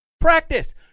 Practice